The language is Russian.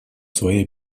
свои